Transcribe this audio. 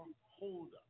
holder